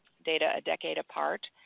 data a decade apart.